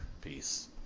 Peace